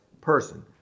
person